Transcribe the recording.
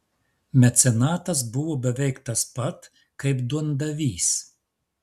mecenatas buvo beveik tas pat kaip duondavys